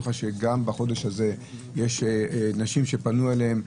לך שגם בחודש הזה יש נשים שפנו אליהם,